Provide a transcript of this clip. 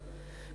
שקלים.